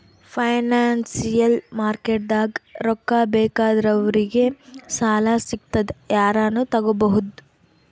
financial ಮಾರ್ಕೆಟ್ದಾಗ್ ರೊಕ್ಕಾ ಬೇಕಾದವ್ರಿಗ್ ಸಾಲ ಸಿಗ್ತದ್ ಯಾರನು ತಗೋಬಹುದ್